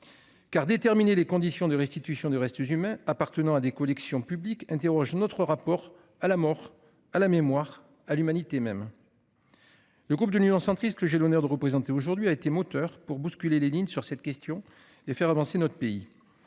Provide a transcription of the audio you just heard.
Car déterminer les conditions de restitution de restes humains appartenant à des collections publiques interroge notre rapport à la mort, à la mémoire, et même à l'humanité. Le groupe Union Centriste, que j'ai l'honneur de représenter aujourd'hui, a été moteur pour bousculer les lignes sur cette question et faire avancer notre pays.